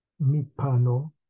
Mipano